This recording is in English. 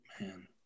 man